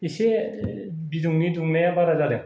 एसे बिदुंनि दुंनाया बारा जादों